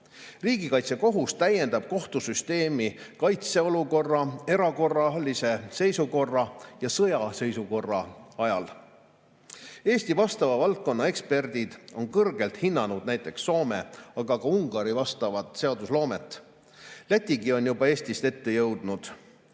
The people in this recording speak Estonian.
Riigikaitsekohus täiendab kohtusüsteemi kaitseolukorra, erakorralise seisukorra ja sõjaseisukorra ajal. Eesti vastava valdkonna eksperdid on kõrgelt hinnanud näiteks Soome, aga ka Ungari vastavat seadusloomet. Lätigi on juba Eestist ette jõudnud.